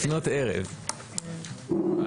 (ד)